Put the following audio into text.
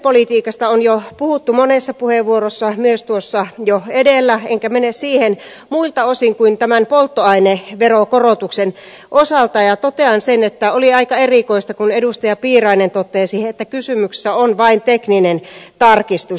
liikennepolitiikasta on jo puhuttu monessa puheenvuorossa myös tuossa jo edellä enkä mene siihen muilta osin kuin tämän polttoaineveron korotuksen osalta ja totean sen että oli aika erikoista kun edustaja piirainen totesi että kysymyksessä on vain tekninen tarkistus